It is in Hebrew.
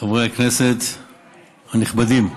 חברי הכנסת הנכבדים,